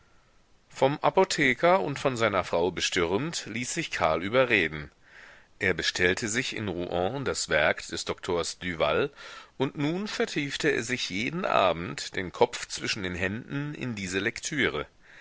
vom apotheker und von seiner frau bestürmt ließ sich karl überreden er bestellte sich in rouen das werk des doktors düval und nun vertiefte er sich jeden abend den kopf zwischen den händen in diese lektüre